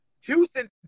Houston –